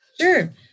sure